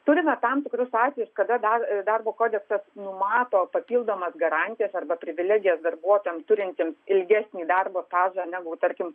turime tam tikrus atvejus kada dar darbo kodeksas numato papildomas garantijas arba privilegijas darbuotojams turintiems ilgesnį darbo stažą negu tarkim